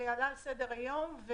ועלה על סדר היום.